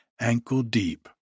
ankle-deep